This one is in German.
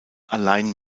allein